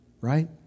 right